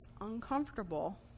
uncomfortable